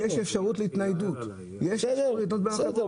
יש אפשרות להתניידות בין החברות.